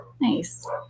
Nice